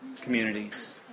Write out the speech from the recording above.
communities